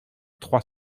trois